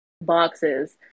boxes